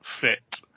fit